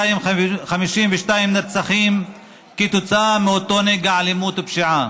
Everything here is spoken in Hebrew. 1,252 נרצחים כתוצאה מאותו נגע אלימות ופשיעה,